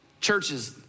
churches